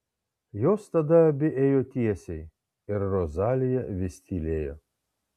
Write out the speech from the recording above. jos tada abi ėjo tiesiai ir rozalija vis tylėjo